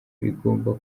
igomba